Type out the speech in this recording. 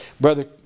Brother